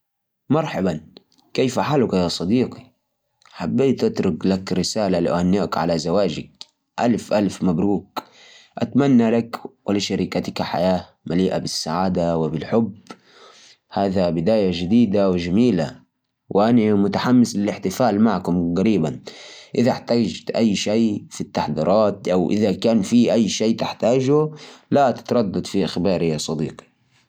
هلا والله يا صديقي ألف مبروك عليك الزواج الله يجعلها حياة سعيدة ومليانة بالحب والبركة والله فرحنا لك من القلب وإن شاء الله تكون بداية حياة جديدة مليانة بالأفراح كل الدعوات لك ولزوجتك بحياة طيبة وطويلة مع بعض نشوفك قريب بإذن الله ونحتفل زي ما اتفقنا